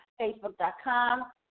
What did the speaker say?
Facebook.com